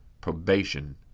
probation